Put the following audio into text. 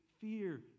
fear